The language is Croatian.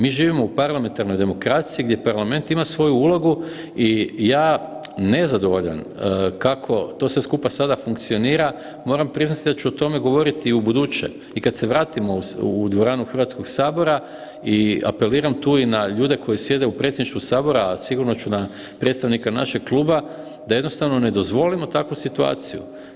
Mi živimo u parlamentarnoj demokraciji gdje parlament ima svoju ulogu i ja nezadovoljan kako to sve skupa sada funkcionira moram priznati da ću o tome govoriti i ubuduće i kad se vratimo u dvoranu Hrvatskog sabora i apeliram tu i na ljude koji sjede u predsjedništvu sabora, a sigurno ću na predstavnika našeg kluba da jednostavno ne dozvolimo takvu situaciju.